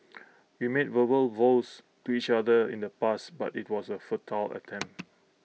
we made verbal vows to each other in the past but IT was A futile attempt